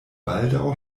baldaŭ